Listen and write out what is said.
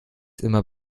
immer